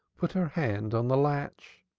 put her hand on the latch.